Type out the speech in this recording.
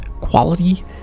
quality